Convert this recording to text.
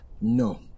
No